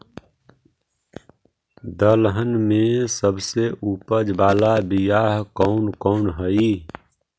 दलहन में सबसे उपज बाला बियाह कौन कौन हइ?